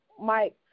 Mike